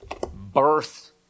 birth